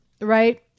right